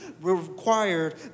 required